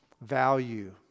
value